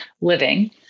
living